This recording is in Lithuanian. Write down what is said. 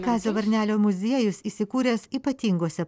kazio varnelio muziejus įsikūręs ypatingose